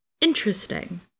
Interesting